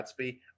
Gatsby